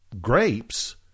grapes